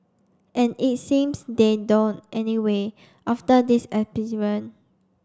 and it seems they don't anyway after this